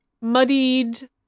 muddied